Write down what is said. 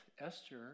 Esther